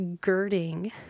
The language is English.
girding